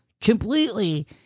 completely